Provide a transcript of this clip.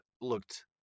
looked